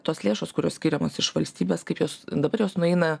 tos lėšos kurios skiriamos iš valstybės kaip jos dabar jos nueina